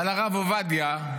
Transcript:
אבל הרב עובדיה,